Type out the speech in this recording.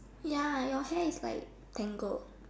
ya your hair is like tangled